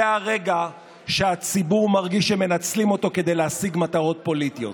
זה הרגע שהציבור מרגיש שמנצלים אותו כדי להשיג מטרות פוליטיות.